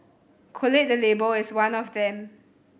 collate the Label is one of them